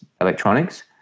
electronics